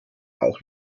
auch